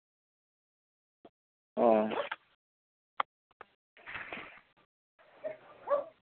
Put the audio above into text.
ᱚ